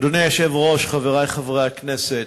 אדוני היושב-ראש, חברי חברי הכנסת,